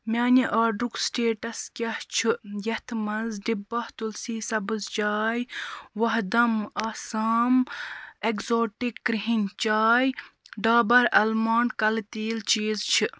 میٛانہِ آرڈرُک سٹیٹس کیٛاہ چھُ یَتھ منٛز ڈِبھا تُلسی سبٕز چاے وہدم آسام اٮ۪کزاٹِک کِرٛہِنۍ چاے ڈابر آلمانٛڈ کلہٕ تیٖل چیٖز چھِ